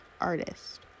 artist